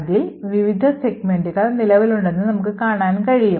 അതിൽ വിവിധ സെഗ്മെന്റുകൾ നിലവിലുണ്ടെന്ന് നമുക്ക്കാണാൻ കഴിയും